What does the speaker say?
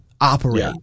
operate